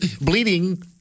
bleeding